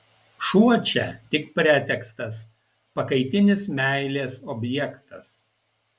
šuo čia tik pretekstas pakaitinis meilės objektas